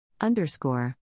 Underscore